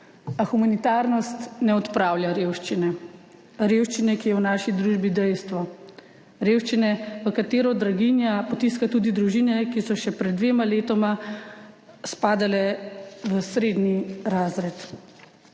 A humanitarnost ne odpravlja revščine, revščine, ki je v naši družbi dejstvo, revščine, v katero draginja potiska tudi družine, ki so še pred dvema letoma spadale v srednji razred.